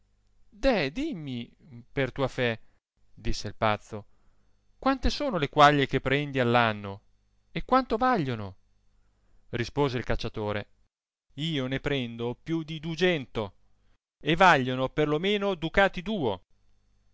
deh dimmi per tua fé disse il pazzo quante sono le quaglie che prendi all anno e quanto vagliono rispose il cacciatore io ne prendo pili di dugento e vagliono per lo meno ducati duo